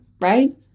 right